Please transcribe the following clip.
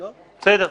בסדר.